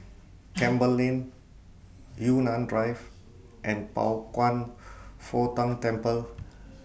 Campbell Lane Yunnan Drive and Pao Kwan Foh Tang Temple